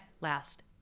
last